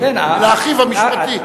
אלא אחיו המשפטי.